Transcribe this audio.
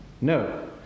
No